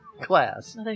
Class